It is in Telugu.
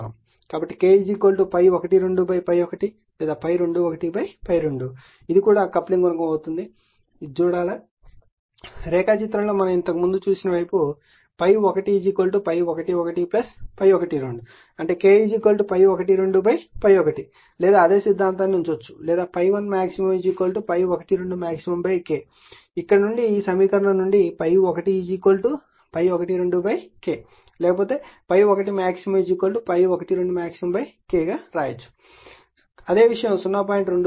కాబట్టి K ∅12 ∅1 లేదా ∅21 ∅2 అని వ్రాయవచ్చు ఇది కూడా కప్లింగ్ గుణకం అవుతుంది ఇది తెలుసుకోవాలి రేఖాచిత్రంలో మనం ఇంతకు ముందు చూసిన వైపు ∅1 ∅11 ∅12 అంటే K ∅12 ∅1 లేదా అదే సిద్ధాంతం ని ఉంచవచ్చు లేదా ∅1 max ∅12 max K ను ఉంచవచ్చు ఇక్కడ నుండి ఈ సమీకరణం నుండి ∅1 ∅12 K లేదా ∅1 max ∅12 max K గా వ్రాయవచ్చు అదే విషయం 0